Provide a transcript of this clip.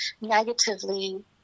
negatively